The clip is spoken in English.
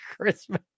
Christmas